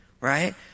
right